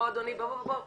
בוקר טוב.